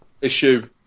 issue